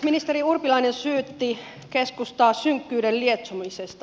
ministeri urpilainen syytti keskustaa synkkyyden lietsomisesta